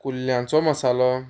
कुल्ल्यांचो मसालो